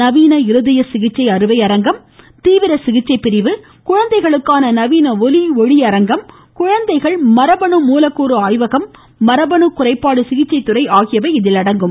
நவீன இருதய சிகிச்சை அறுவை அரங்கம் தீவிர சிகிச்சை பிரிவு குழந்தைகளுக்கான நவீன ஒலி ஒளி அரங்கம் குழந்தைகள் மரபணு மூலக்கூறு ஆய்வகம் மரபணு குறைபாடு சிகிச்சை துறை ஆகியவை இதில் அடங்கும்